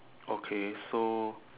okay so